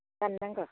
दाननांगौ